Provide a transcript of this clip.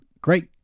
great